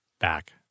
back